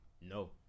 No